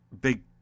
big